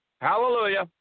Hallelujah